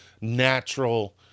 natural